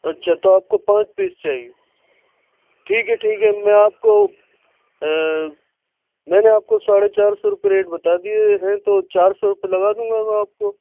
اچھا تو آپ کو پانچ پیس چاہیے ٹھیک ہے ٹھیک ہے میں آپ کو میں نے آپ کو ساڑھے چار سو روپیے ریٹ بتا دیے ہیں تو چار سو روپیے لگا دوں گا میں آپ کو